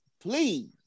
please